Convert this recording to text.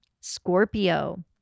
Scorpio